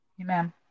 Amen